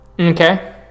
Okay